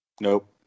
Nope